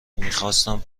میخواستم